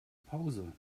pause